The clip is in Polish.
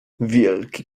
wielki